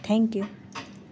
okay thank you